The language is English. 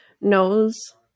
knows